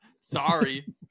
Sorry